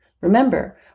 Remember